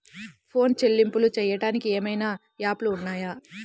Phone చెల్లింపులు చెయ్యటానికి ఏవైనా యాప్లు ఉన్నాయా?